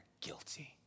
guilty